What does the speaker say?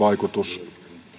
vaikutus